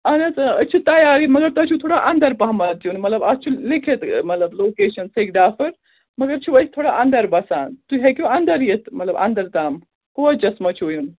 اَہَن حظ أسۍ چھِ تَیارٕے مگر تۄہہِ چھُو تھوڑا اَنٛدَر پَہمَتھ یُن مطلب اَتھ چھُ لیکھِتھ مطلب لوکیشَن سٮ۪کہِ ڈافر مگر چھُو أسۍ تھوڑا اَنٛدَر بَسان تُہۍ ہیٚکِو اَنٛدَر یِتھ مطلب اَنٛدَر تام کوچَس منٛز چھُو یُن